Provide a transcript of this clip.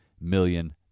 million